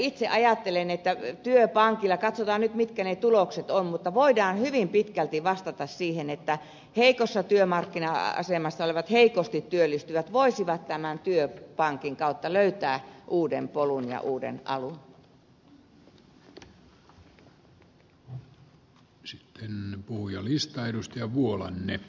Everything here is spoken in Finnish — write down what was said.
itse ajattelen että työpankilla katsotaan nyt mitkä ne tulokset ovat voidaan hyvin pitkälti vastata siihen että heikossa työmarkkina asemassa olevat heikosti työllistyvät voisivat tämän työpankin kautta löytää uuden polun ja uuden alun